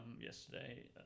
yesterday